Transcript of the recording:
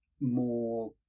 more